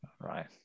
Right